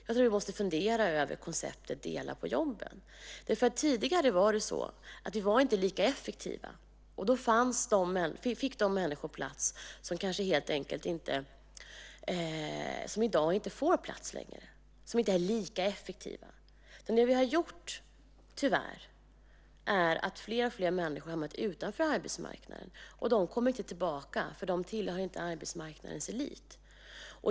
Jag tror att vi måste fundera över konceptet att dela på jobben. Tidigare var vi inte lika effektiva. Då fick de människor plats som i dag inte får plats längre, de som inte är lika effektiva. Tyvärr har fler och fler människor hamnat utanför arbetsmarknaden. De kommer inte tillbaka, för de tillhör inte arbetsmarknadens elit.